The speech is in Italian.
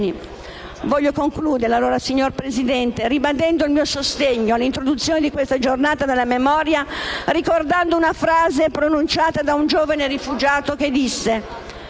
Voglio concludere, signora Presidente, ribadendo il mio sostegno all'introduzione di questa giornata della memoria, ricordando una frase pronunciata da un giovane rifugiato che disse: